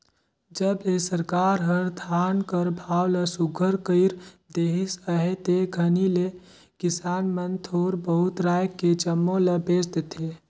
जब ले सरकार हर धान कर भाव ल सुग्घर कइर देहिस अहे ते घनी ले किसान मन थोर बहुत राएख के जम्मो ल बेच देथे